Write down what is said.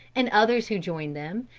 and others who joined them,